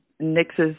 Nix's